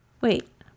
wait